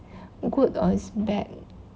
good or is bad